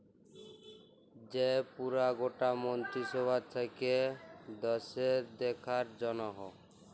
যে পুরা গটা মন্ত্রী সভা থাক্যে দ্যাশের দেখার জনহ